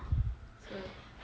ya